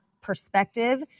perspective